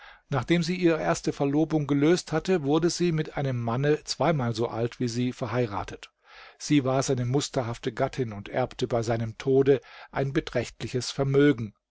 nachdem sie ihre erste verlobung gelöst hatte wurde sie mit einem manne zweimal so alt wie sie verheiratet sie war seine musterhafte gattin und erbte bei seinem tode ein beträchtliches vermögen